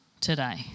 today